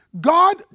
God